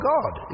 God